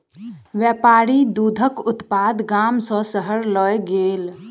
व्यापारी दूधक उत्पाद गाम सॅ शहर लय गेल